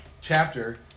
chapter